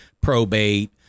probate